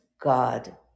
God